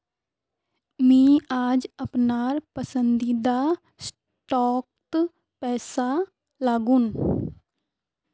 मी आज अपनार पसंदीदा स्टॉकत पैसा लगानु